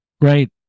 right